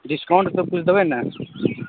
discount सब किछु देबै ने